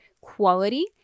quality